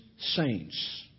saints